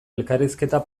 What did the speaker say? elkarrizketa